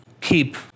keep